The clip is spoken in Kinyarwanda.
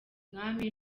mwami